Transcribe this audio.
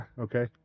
okay